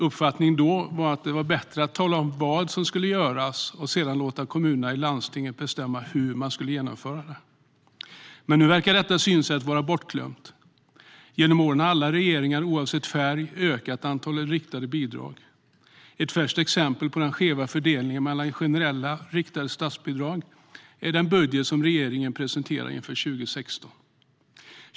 Uppfattningen då var att det var bättre att tala om vad som skulle göras och sedan låta kommunerna och landstingen bestämma hur det skulle genomföras. Nu verkar detta synsätt vara bortglömt. Genom åren har alla regeringar oavsett färg ökat antalet riktade bidrag. Ett färskt exempel på den skeva fördelningen mellan generella och riktade statsbidrag är den budget som regeringen presenterat inför 2016.